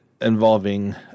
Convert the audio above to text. involving